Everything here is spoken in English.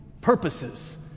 purposes